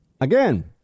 Again